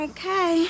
Okay